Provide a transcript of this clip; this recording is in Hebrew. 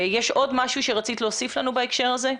יש עוד משהו שרצית להוסיף לנו בהקשר הזה?